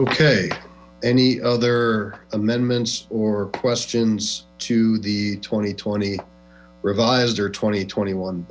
ok any other amendments or questions to the twenty twenty revised twenty twenty one